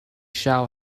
shall